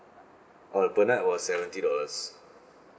oh per night was seventy dollars